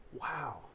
Wow